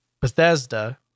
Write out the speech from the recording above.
Bethesda